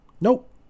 Nope